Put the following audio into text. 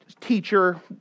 teacher